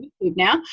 now